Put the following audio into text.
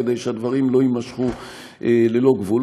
כדי שהדברים לא יימשכו ללא גבול,